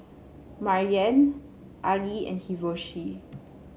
Maryanne Ali and Hiroshi